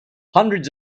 hundreds